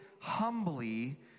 humbly